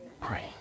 Pray